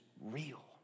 real